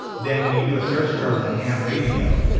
then when you do a search term like ham radio